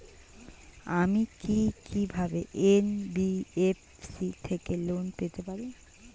আমি কি কিভাবে এন.বি.এফ.সি থেকে লোন পেতে পারি?